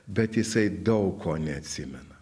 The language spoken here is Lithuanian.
bet jisai daug ko neatsimena